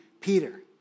Peter